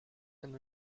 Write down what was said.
and